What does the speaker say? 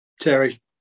Terry